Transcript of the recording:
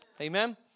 Amen